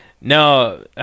No